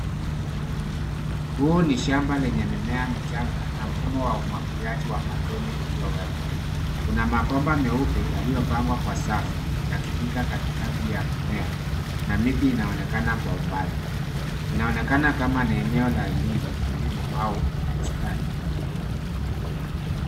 Huu ni shamba lenye mimea michanga na mfumo wa umwagiliaji wa matone uliowekwa. Kuna mabomba meupe yaliyopangwa kwa safu yakipita katikati ya mimea na miti inaonekana kwa umbali. Inaonekana kama ni eneo la elimu kilimo au bustani.